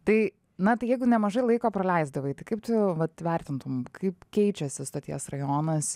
tai na tai jeigu nemažai laiko praleisdavai tai kaip tu vat vertintum kaip keičiasi stoties rajonas